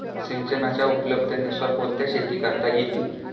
सिंचनाच्या उपलब्धतेनुसार कोणत्या शेती करता येतील?